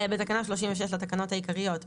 תיקון תקנה 36 14. בתקנה 36 לתקנות העיקריות,